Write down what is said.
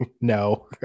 No